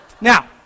now